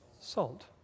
salt